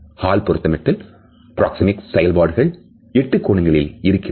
hall பொருத்தமட்டில் proximate செயல்பாடுகள் எட்டு கோணங்களில் இருக்கிறது